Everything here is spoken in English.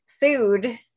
food